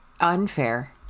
unfair